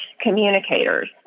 communicators